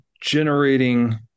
generating